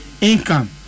income